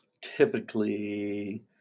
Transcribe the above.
typically